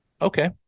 Okay